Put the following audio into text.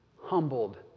humbled